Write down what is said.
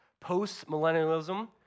post-millennialism